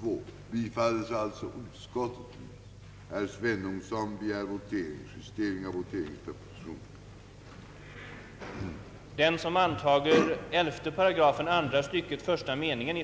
behov för väljarna av att ventiler finns.